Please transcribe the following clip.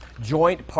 joint